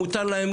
מותר להם,